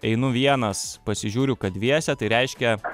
einu vienas pasižiūriu kad dviese tai reiškia